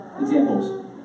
examples